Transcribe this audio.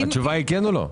התשובה היא כן או לא?